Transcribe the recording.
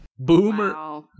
Boomer